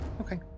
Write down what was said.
Okay